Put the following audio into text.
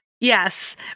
Yes